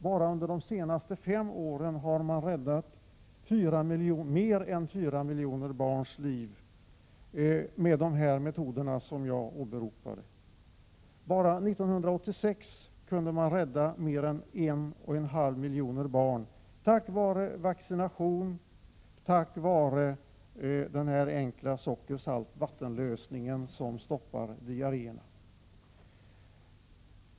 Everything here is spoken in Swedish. Bara under de senaste fem åren har man räddat mer än 4 miljoner barns liv med dessa metoder som jag åberopar. Enbart under 1986 kunde man rädda mer än 1,5 miljoner barn, tack vare vaccination, tack vare denna enkla blandning av socker och salt upplöst i vatten.